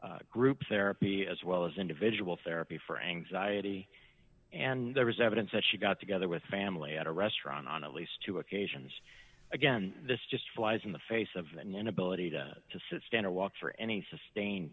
abuse group therapy as well as individual therapy for anxiety and there is evidence that she got together with family at a restaurant on at least two occasions again this just flies in the face of an inability to sit stand or walk for any sustained